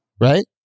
right